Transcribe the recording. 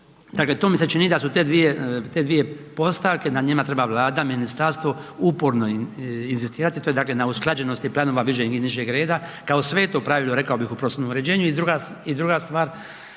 Dakle, to mi se čini da su te dvije, te dvije postavke na njima treba Vlada, ministarstvo uporno inzistirati to je dakle na usklađenosti planova višeg i nižeg reda kao sveto pravilo, rekao bih u prostornom uređenju, i druga stvar